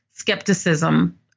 Skepticism